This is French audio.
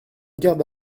garde